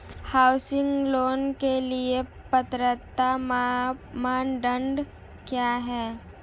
Housing loan के लिए पात्रता मानदंड क्या हैं?